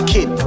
Kid